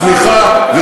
צמיחה,